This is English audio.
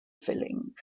filling